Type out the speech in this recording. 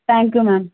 thank you ma'am